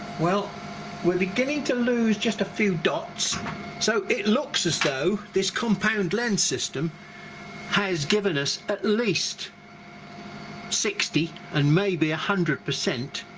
well we're beginning to lose just a few dots so it looks as though this compound lens system has given us at least sixty and maybe a hundred percent